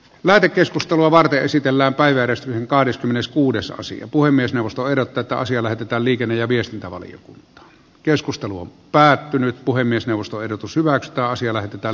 lähetekeskustelua varten esitellään baijerista kahdeskymmeneskuudes osia puhemiesneuvosto ehdottaa että asia lähetetään liikenne ja viestintävaliokunta keskustelu on päättynyt puhemiesneuvosto ehdotus hyväksytä asia lähetetään